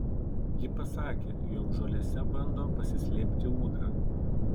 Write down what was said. ji pasakė jog žolėse bando pasislėpti ūdra